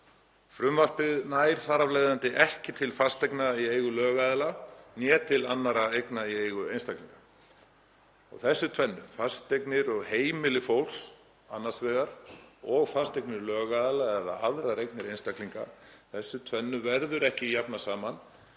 Frumvarpið nær þar af leiðandi hvorki til fasteigna í eigu lögaðila né til annarra eigna í eigu einstaklinga. Þessu tvennu, fasteignum og heimilum fólks annars vegar og fasteignum lögaðila eða öðrum eignum einstaklinga, verður ekki jafnað saman